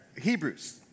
Hebrews